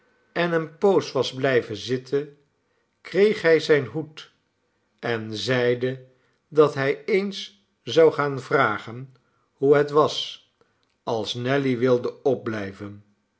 en eene poos was blijven zitten kreeg hij zijn hoed en zeide dat hij eens zou gaan vragen hoe het was als nelly wilde opblijven